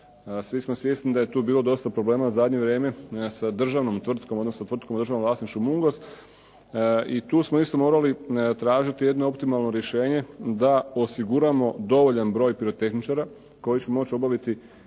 svi smo svjesni da je tu bilo dosta problema u zadnje vrijeme sa državnom tvrtkom, odnosno tvrtkom u državnom vlasništvu "Mungos" i tu smo isto morali tražiti jedno optimalno rješenje da osiguramo dovoljan broj pirotehničara koji će moći obaviti